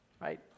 right